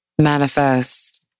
manifest